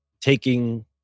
taking